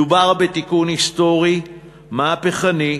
מדובר בתיקון היסטורי מהפכני,